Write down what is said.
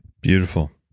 beautiful.